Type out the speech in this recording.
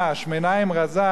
שמנה אם רזה,